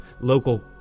local